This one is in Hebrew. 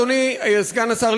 אדוני סגן השר,